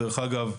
דרך אגב,